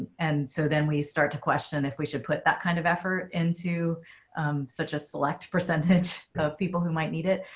and so then we start to question if we should put that kind of effort into such a select percentage of people who might need it.